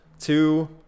two